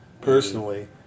personally